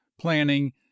planning